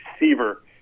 receiver